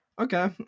Okay